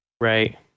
Right